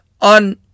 On